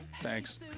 Thanks